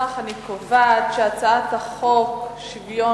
לפיכך אני קובעת שהצעת חוק שוויון